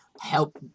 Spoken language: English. help